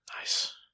Nice